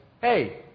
hey